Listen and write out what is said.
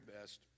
best